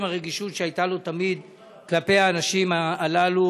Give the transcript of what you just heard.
שממשיך עם הרגישות שהייתה לו תמיד כלפי האנשים הללו,